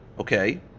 Okay